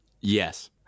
Yes